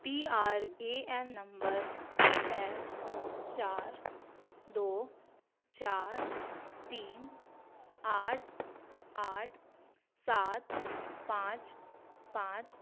P R A N number छ चार दौ चार तीन आठ आठ सात पाँच पाँच